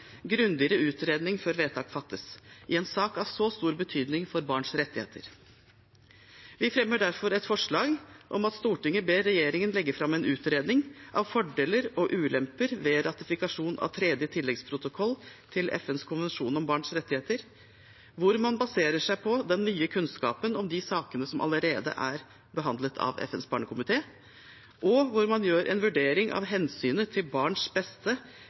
grundigere utredning før vedtak fattes, i en sak av så stor betydning for barns rettigheter. Vi fremmer derfor et forslag om at Stortinget ber regjeringen legge fram en utredning av fordeler og ulemper ved ratifikasjon av tredje tilleggsprotokoll til FNs konvensjon om barns rettigheter, hvor man baserer seg på den nye kunnskapen om de sakene som allerede er behandlet av FNs barnekomité, og hvor man gjør en vurdering av hensynet til barns beste